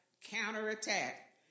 counterattack